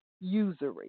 usury